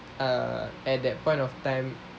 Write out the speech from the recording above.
err at that point of time